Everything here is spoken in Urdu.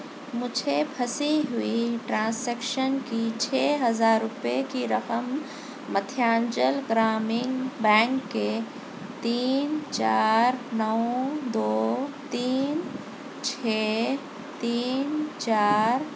مجھے پھنسی ہوئی ٹرانشیکشن کی چھ ہزار روپے کی رقم مدھیانچل گرامین بینک کے تین چار نو دو تین چھ تین چار